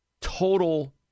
total